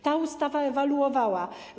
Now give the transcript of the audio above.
Ta ustawa ewoluowała.